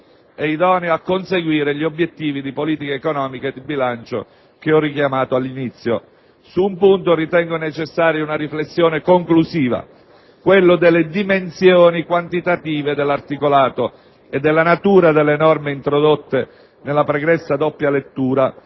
ed idoneo a conseguire gli obiettivi di politica economica e di bilancio che ho richiamato all'inizio. Su un punto ritengo necessaria una riflessione conclusiva: quello delle dimensioni quantitative dell'articolato e della natura delle norme introdotte nella pregressa doppia lettura,